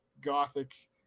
gothic